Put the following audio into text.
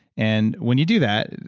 and when you do that,